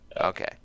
Okay